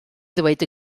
ddweud